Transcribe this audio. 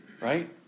Right